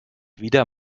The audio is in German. wieder